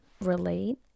relate